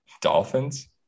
Dolphins